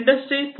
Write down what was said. industry 4